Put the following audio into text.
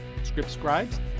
scriptscribes